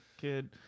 kid